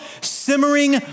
simmering